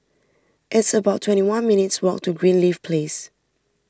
it's about twenty one minutes' walk to Greenleaf Place